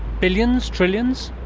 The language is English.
billions, trillions?